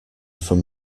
from